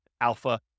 alpha